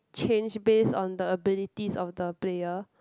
change based on the abilities of the player